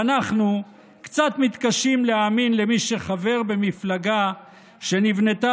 ואנחנו קצת מתקשים להאמין למי שחבר במפלגה שנבנתה